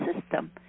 system